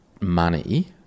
money